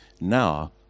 now